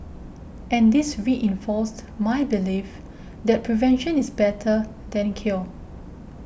and this reinforced my belief that prevention is better than cure